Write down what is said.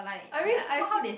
I mean I